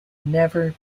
never